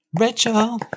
Rachel